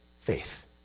faith